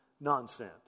Nonsense